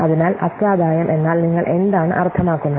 അതിനാൽ അറ്റാദായം എന്നാൽ നിങ്ങൾ എന്താണ് അർത്ഥമാക്കുന്നത്